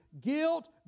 guilt